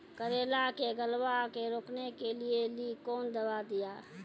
करेला के गलवा के रोकने के लिए ली कौन दवा दिया?